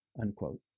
unquote